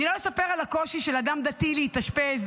לא אספר על הקושי של אדם דתי להתאשפז,